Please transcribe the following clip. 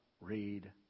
read